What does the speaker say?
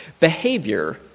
behavior